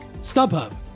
StubHub